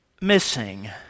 missing